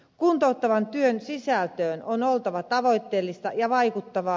kuntouttavan työn sisällön on oltava tavoitteellista ja vaikuttavaa